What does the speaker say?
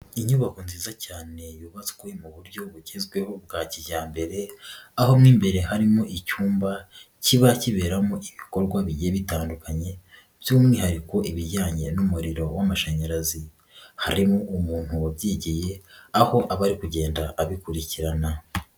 Inyubako nziza cyane yubatswe mu buryo bugezweho bwa kijyambere aho mo imbere harimo icyumba kiba kiberamo ibikorwa bigiye bitandukanye by'umwihariko ibijyanye n'umuriro w'amashanyarazi, harimo umuntu wabyigiye aho aba ari kugenda abikurikirana.